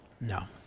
No